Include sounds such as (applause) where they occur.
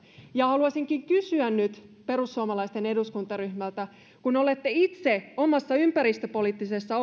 haluaisinkin kysyä nyt perussuomalaisten eduskuntaryhmältä kun olette itse omassa ympäristöpoliittisessa (unintelligible)